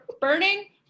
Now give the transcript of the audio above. burning